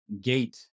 gate